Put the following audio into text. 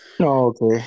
okay